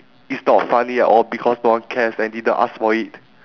is not funny at all because no one cares and I didn't ask for it